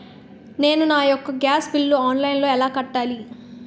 నేను నా యెక్క గ్యాస్ బిల్లు ఆన్లైన్లో ఎలా కట్టాలి?